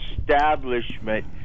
establishment